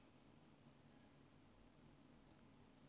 like exchange